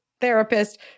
therapist